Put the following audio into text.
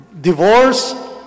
Divorce